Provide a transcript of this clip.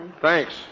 Thanks